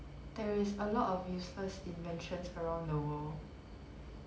there is a lot of useless inventions around the world